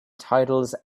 titles